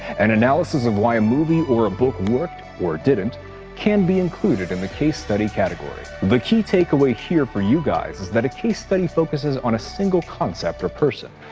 an analysis of why a movie or a book worked or didn't can be included in the case study category. the key takeaway here for you guys is that a case study focuses on a single concept or person.